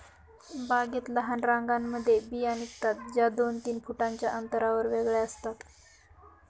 बागेत लहान रांगांमध्ये बिया निघतात, ज्या दोन तीन फुटांच्या अंतरावर वेगळ्या असतात